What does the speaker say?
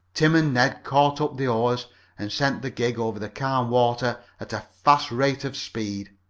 tim and ned caught up the oars and sent the gig over the calm water at a fast rate of speed.